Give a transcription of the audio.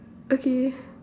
okay